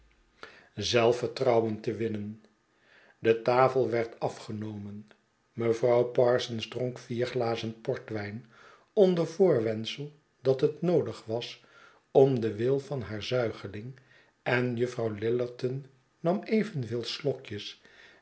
zelfvertrouwen te winnen de tafel werd afgenomen mevrouw parsons dronk vier glazen portwijn onder voorwendsel dat het noodig was om den wil van haar zuigeling en juffrouw lillerton nam evenveel slokjes